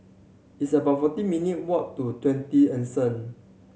it's about forty minute walk to Twenty Anson